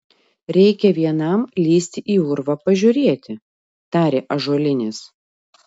reikia vienam lįsti į urvą pažiūrėti tarė ąžuolinis